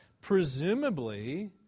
Presumably